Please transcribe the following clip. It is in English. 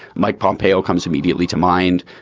mike pompeo comes immediately to mind,